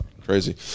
crazy